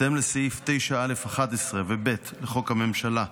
בהתאם לסעיף 9(א)(11) ו-(ב) לחוק הממשלה,